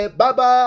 baba